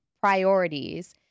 priorities